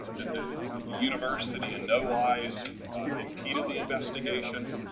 that the that the university in no eyes impeded the investigation,